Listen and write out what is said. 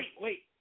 Wait